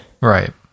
Right